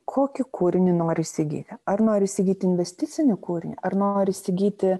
kokį kūrinį noriu įsigyti ar noriu įsigyti investicinį kūrinį ar nori įsigyti